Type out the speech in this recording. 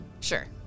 Sure